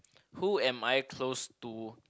who am I close to